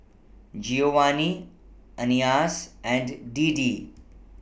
Giovanni Anais and Deedee